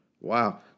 Wow